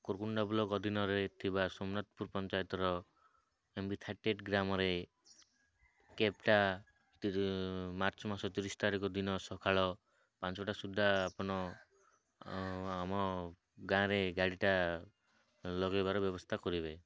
Kurkunda block ଦିନରେ ଥିବା ସୋମନାଥପୁର ପଞ୍ଚାୟତର ଏମ୍ ବି ଥାର୍ଟି ଏଇଟ୍ ଗ୍ରାମରେ ମାର୍ଚ୍ଚ ମାସ ତିରିଶ ତାରିଖ ଦିନ ସକାଳ ପାଞ୍ଚଟା ସୁଦ୍ଧା ଆପଣ ଆମ ଗାଁରେ ଗାଡ଼ିଟା ଲଗାଇବାର ବ୍ୟବସ୍ଥା କରିବେ